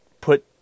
put